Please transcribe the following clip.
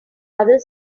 other